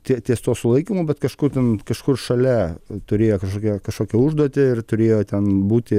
tie ties tuo sulaikymu bet kažkur ten kažkur šalia turėjo kažkokią kažkokią užduotį ir turėjo ten būti